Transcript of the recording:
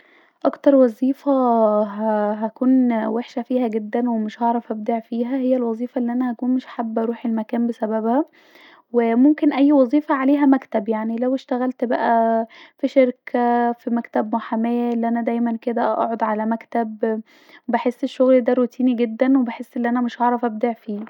اكتر وظيفه هاا هكون فيها وحشه جدا ومش هعرف أبدع فيها هي الوظيفه الي انا هكون مش حابه اروح المكان بسببها وممكن اي وظيفه عليها مكتب يعني لو اشتغلت بقي في شركه مكتب في محماه الي انا دايما كدا اقعد علي مكتب بحس الشغل ده روتيني جدا ف انا مش هعرف أبدع فية